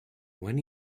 when